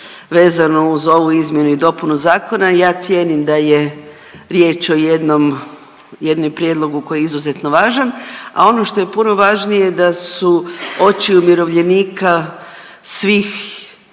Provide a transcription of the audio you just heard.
vezano uz ovu izmjenu i dopunu zakona. ja cijenim da je riječ o jednom prijedlogu koji je izuzetno važan, a ono što je puno važnije da su oči umirovljenika svih